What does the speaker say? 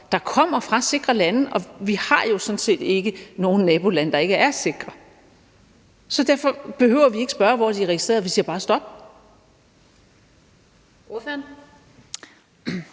der kommer fra sikre lande. Og vi har jo sådan set ikke nogen nabolande, der ikke er sikre. Så derfor behøver vi ikke spørge, hvor de er registreret. Vi siger bare stop.